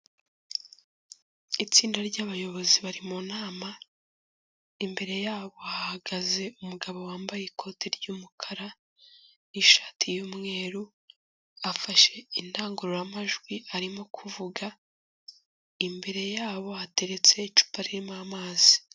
Itsinda ry'abayobozi bari mu nama, imbere yabo hahagaze umugabo wambaye ikoti ry'umukara n'ishati y'umweru, afashe indangururamajwi arimo kuvuga, imbere yabo hateretse icupa ririmo amazi.